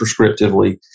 prescriptively